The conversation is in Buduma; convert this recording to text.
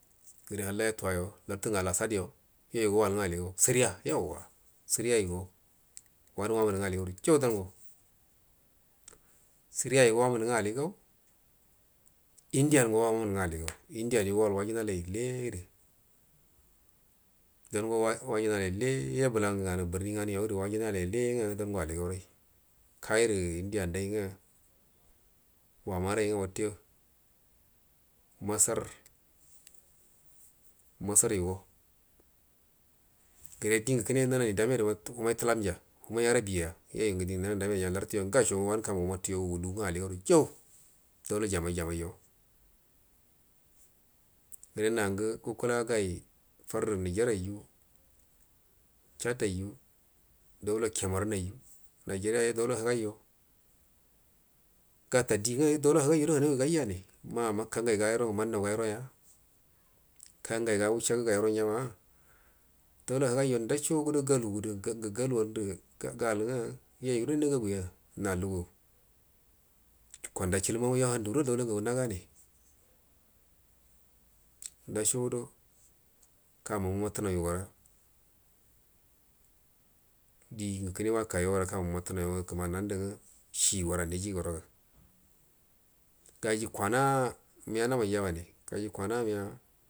Gəre halla yatuwayo lartu ngu alhasad yo yayugo wal nga aligan siriya yauwa siriya yugo wanu wamunu nga aligauru jau daugo sirin ya yugo wamunu nga aligan indian go wamunu nga aligau indian yugo wel wajinalai ledu dango wajinalai bəla ngadan burni nganuyodu wajinalai le nga dango aliganrai kairu indian ndai nga wama nga wute masar masar yuge gəre dingə kune nananii dameda ima wamai tulamja wamai arabi jar yayu ngu dingu nani damedu nga artuyo ngasho wann karunni ngu wumatuyo wulu nga ali gauru jau daula jamai jamaijo re nangu gukula gai farru niger raiju chad dai duala cameroon nai nigeria yo daula higaijo gata di nga danla higaijudo hanaigu gaijane mane kangai gairo ngə mannan nya kangaiga wushagu gairo ngama daula higaija ndasha gudo gatu du galuwaldu gal nga yoyu gudo nagaguya na lugu kwanda chiluma ma yo handu guda daula ngagu ngaga yini ndashodo kamungu mumantu nau yu gora dingu kəncwakayo kanun munatunan kumani nandu nga shi gore niji gara ga gaji kwana miya namai jabane gaji kwana miya.